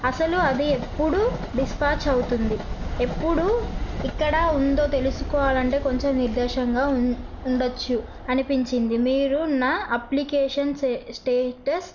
అసలు అది ఎప్పుడు డిస్పాచ్ అవుతుంది ఎప్పుడు ఇక్కడ ఉందో తెలుసుకోవాలంటే కొంచెం నిర్దేశంగా ఉండవచ్చు అనిపించింది మీరు నా అప్లికేషన్ స్టేటస్